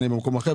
אהיה במקום אחר,